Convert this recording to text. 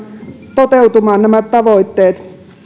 nämä tavoitteet toteutumaan